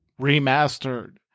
Remastered